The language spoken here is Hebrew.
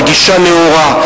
לגישה נאורה,